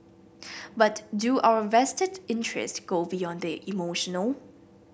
but do our vested interest go beyond the emotional